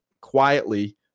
quietly